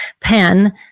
pen